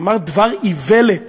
אמר דבר איוולת,